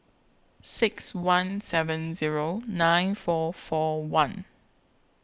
six one seven Zero nine four four one